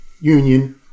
Union